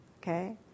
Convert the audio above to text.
okay